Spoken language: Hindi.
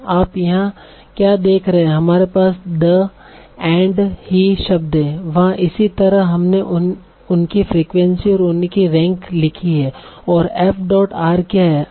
आप यहाँ क्या देख रहे हैं हमारे पास द एंड ही शब्द हैं वहाँ इसी तरह हमने उनकी फ्रीक्वेंसी और उनकी रैंक लिखी है और f dot r क्या है